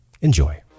Enjoy